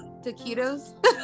taquitos